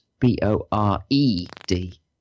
B-O-R-E-D